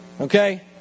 Okay